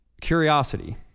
curiosity